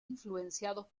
influenciados